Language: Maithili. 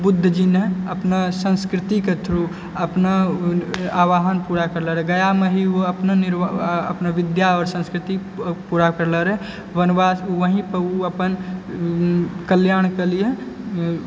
बुद्ध जी ने अपने संस्कृतिके थ्रु अपना आहवाहन पुरा करले रहय गयामे ही ओ अपने निर्वाण अपने विद्या और संस्कृति के पुरा करलो रहै वनवास वही पे ओ अपन कल्याणके लिए